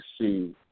see